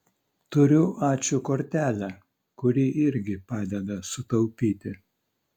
turiu ačiū kortelę kuri irgi padeda sutaupyti